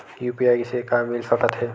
UPI से का मिल सकत हे?